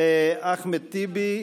אחמד טיבי,